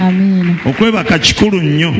Amen